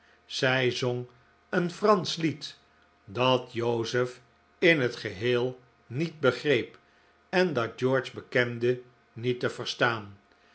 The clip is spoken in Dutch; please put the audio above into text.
zij zong een fransch lied dat joseph in het geheel niet begreep en dat george bekende niet te verstaan